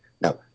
Now